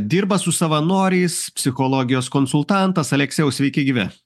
dirba su savanoriais psichologijos konsultantas aleksejau sveiki gyvi